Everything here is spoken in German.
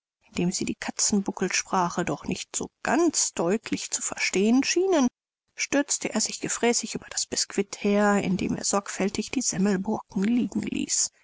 indem sie die katzenbuckel sprache doch nicht so ganz deutlich zu verstehen schienen stürzte er sich gefräßig über das bisquit her indem er sorgfältig die semmelbrocken liegen ließ